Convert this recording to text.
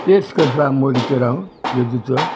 तेर्स करतां आमोरेचेर हांव जेजूचो